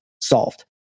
solved